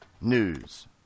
news